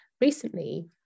recently